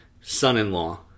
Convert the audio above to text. son-in-law